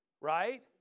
right